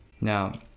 Now